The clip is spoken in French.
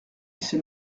s’est